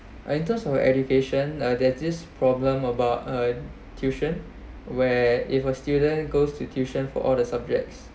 I thought of education uh there's just problem about uh tuition where if a student goes to tuition for all the subjects